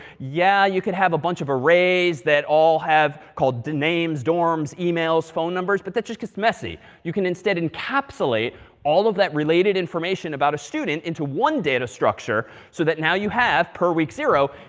yeah, you can have a bunch of arrays that all have called names, dorms, emails, phone numbers, but that just gets messy. you can instead encapsulate all of that related information about a student into one data structure so that now you have, per week zero,